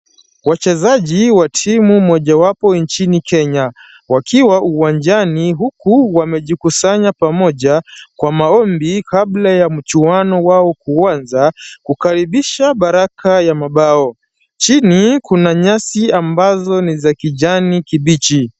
Wachezaji wa timu mojawapo nchini kenya, wakiwa uwanjani huku wamejikusanya pamoja kwa maombi kabla ya mchuano wao kuanza kukaribisha baraka ya mabao. Chini kuna nyasi ambazo ni za kijani kibichi.